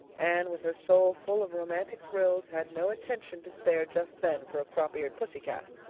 anne, with her soul full of romantic thrills, had no attention to spare just then for a crop-eared pussy cat.